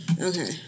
Okay